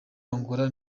angola